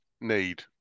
need